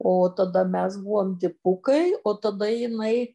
o tada mes buvom dipukai o tada jinai